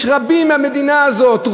יש רבים במדינה הזאת,